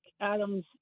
Adams